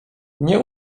nie